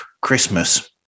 Christmas